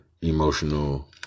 emotional